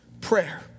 prayer